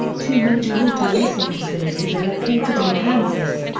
two major auto racing facilities are located in kansas.